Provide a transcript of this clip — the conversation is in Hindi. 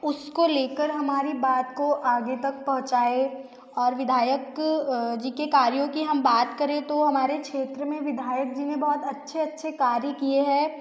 उसको ले कर हमारी बात को आगे तक पहुँचाए और विधायक जी के कार्यों के की हम बात करें तो हमारे क्षेत्र में विधायक जी ने बहुत अच्छे अच्छे कार्य किए हैं